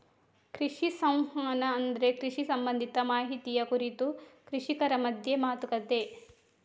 ಕೃಷಿ ಸಂವಹನ ಅಂದ್ರೆ ಕೃಷಿ ಸಂಬಂಧಿತ ಮಾಹಿತಿಯ ಕುರಿತು ಕೃಷಿಕರ ಮಧ್ಯ ಮಾತುಕತೆ